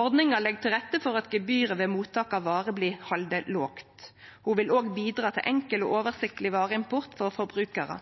Ordninga legg til rette for at gebyret ved mottak av varer blir halde lågt. Ho vil òg bidra til enkel og oversiktleg vareimport for forbrukarar,